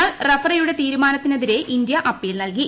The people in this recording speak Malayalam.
എന്നാൽ റഫറിയുടെ തീരുമാനത്തിനെതിരെ ഇന്ത്യ അപ്പീൽ നൽകി